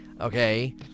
okay